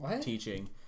teaching